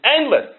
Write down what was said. endless